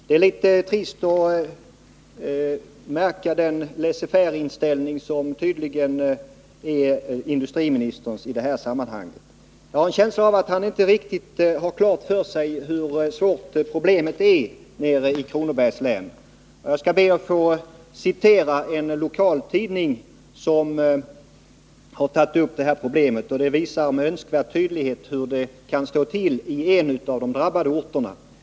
Det är litet trist att märka den laisser-faire-inställning som tydligen är industriministerns i detta sammanhang. Jag har en känsla av att han inte riktigt har klart för sig hur svåra problemen är nere i Kronobergs län. Jag skall be att få citera en lokaltidning som har tagit upp ett sådant problem. Där visas med önskvärd tydlighet hur det kan stå till i en av de drabbade orterna.